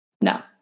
No